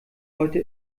heute